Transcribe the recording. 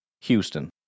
Houston